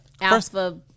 alpha